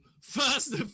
first